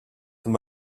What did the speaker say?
them